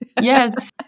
Yes